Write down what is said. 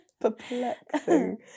Perplexing